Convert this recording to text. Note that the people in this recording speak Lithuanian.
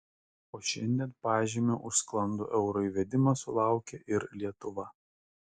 o šiandien pažymio už sklandų euro įvedimą sulaukė ir lietuva